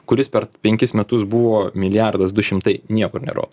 kuris per penkis metus buvo milijardas du šimtai niekur nerodo